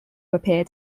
appeared